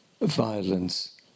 violence